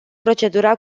procedura